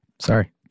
Sorry